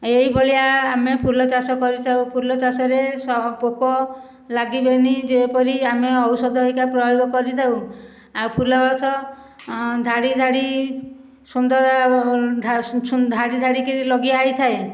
ଏହିଭଳିଆ ଆମେ ଫୁଲ ଚାଷ କରିଥାଉ ଫୁଲ ଚାଷରେ ସ ପୋକ ଲାଗିବେନି ଯେପରି ଆମେ ଔଷଧ ହରିକା ପ୍ରୟୋଗ କରିଥାଉ ଆଉ ଫୁଲ ଗଛ ଧାଡ଼ି ଧାଡ଼ି ସୁନ୍ଦର ସୁନ୍ଦର ଧାଡ଼ି ଧାଡ଼ିକିରି ଲଗିଆ ହୋଇଥାଏ